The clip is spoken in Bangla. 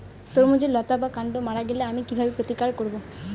তরমুজের লতা বা কান্ড মারা গেলে আমি কীভাবে প্রতিকার করব?